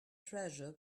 treasure